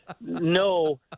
no